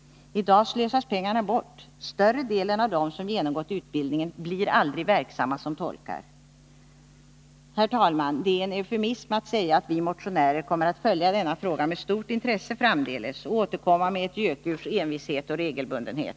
I dag slösas pengarna bort — större delen av dem som genomgått utbildningen blir aldrig verksamma som tolkar. Herr talman! Det är en eufemism att säga att vi motionärer kommer att följa denna fråga med stort intresse framdeles och återkomma med ett gökurs envishet och regelbundenhet.